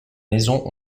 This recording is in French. maisons